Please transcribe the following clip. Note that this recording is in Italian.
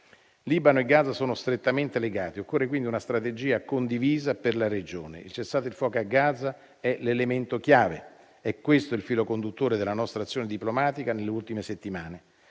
Libano e Gaza sono strettamente legati, quindi occorre una strategia condivisa per la regione. Il cessate il fuoco a Gaza è l'elemento chiave: è questo il filo conduttore della nostra azione diplomatica nelle ultime settimane.